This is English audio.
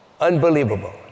unbelievable